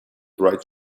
right